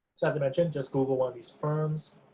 so, as i mentioned, just google one of these firms,